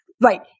right